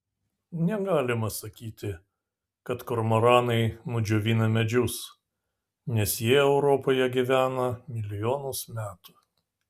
negalima sakyti kad kormoranai nudžiovina medžius nes jie europoje gyvena milijonus metų